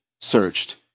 searched